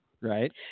right